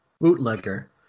bootlegger